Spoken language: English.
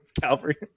Calvary